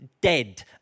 dead